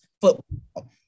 football